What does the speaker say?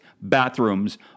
bathrooms